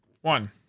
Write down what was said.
one